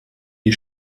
die